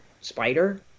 spider